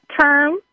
term